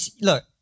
look